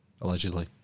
allegedly